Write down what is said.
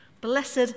Blessed